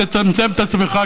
תצמצם את עצמך,